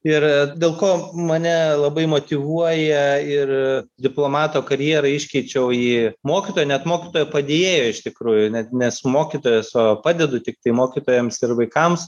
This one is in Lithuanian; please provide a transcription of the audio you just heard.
ir dėl ko mane labai motyvuoja ir diplomato karjerą iškeičiau į mokytojo net mokytojo padėjėjo iš tikrųjų net nesu mokytojas o padedu tiktai mokytojams ir vaikams